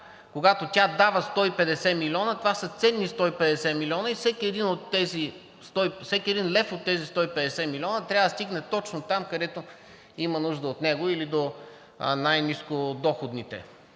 Когато тя дава 150 милиона, това са ценни 150 милиона и всеки един лев от тези 150 милиона трябва да стигне точно там, където има нужда от него, или до най-нискодоходните.